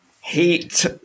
Heat